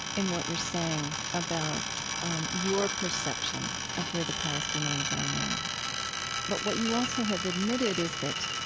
in what you're saying about um your perception of where the palestinians are now but what you also have admitted is that